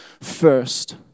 first